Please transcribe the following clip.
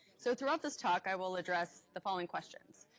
so throughout this talk, i will address the following questions.